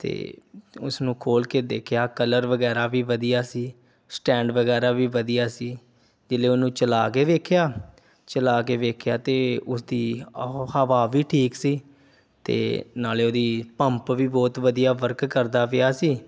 ਅਤੇ ਉਸ ਨੂੰ ਖੋਲ੍ਹ ਕੇ ਦੇਖਿਆ ਕਲਰ ਵਗੈਰਾ ਵੀ ਵਧੀਆ ਸੀ ਸਟੈਂਡ ਵਗੈਰਾ ਵੀ ਵਧੀਆ ਸੀ ਜੀਲੇ ਉਹਨੂੰ ਚਲਾ ਕੇ ਵੇਖਿਆ ਚਲਾ ਕੇ ਵੇਖਿਆ ਤਾਂ ਉਸ ਦੀ ਅਹ ਹਵਾ ਵੀ ਠੀਕ ਸੀ ਅਤੇ ਨਾਲੇ ਉਹਦੀ ਪੰਪ ਵੀ ਬਹੁਤ ਵਧੀਆ ਵਰਕ ਕਰਦਾ ਪਿਆ ਸੀ